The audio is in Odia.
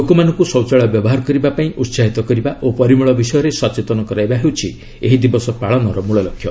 ଲୋକମାନଙ୍କୁ ଶୌଚାଳୟ ବ୍ୟବହାର କରିବାପାଇଁ ଉତ୍କାହିତ କରିବା ଓ ପରିମଳ ବିଷୟରେ ସଚେତନ କରାଇବା ହେଉଛି ଏହି ଦିବସ ପାଳନର ମୂଳ ଲକ୍ଷ୍ୟ